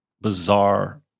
bizarre